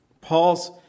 Paul's